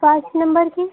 पाँच नम्बर के